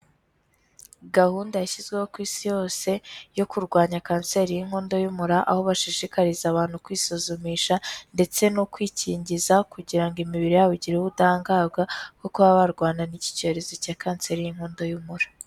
Gahunda yashyizweho ku isi yose yo kurwanya kanseri y'inkondo y'umura, aho bashishikariza abantu kwisuzumisha ndetse no kwikingiza kugira ngo imibiri yabo igire ubudahangarwa bwo kuba barwana n'iki cyorezo cya kanseri y'inkondo y'umura.